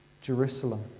Jerusalem